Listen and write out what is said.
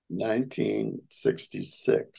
1966